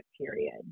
period